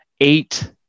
eight